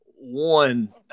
one